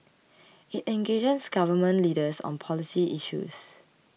it engages Government Leaders on policy issues